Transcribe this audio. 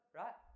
right